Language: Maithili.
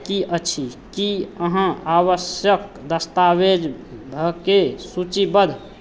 की अछि की अहाँ आवश्यक दस्तावेजकेँ सूचीबद्ध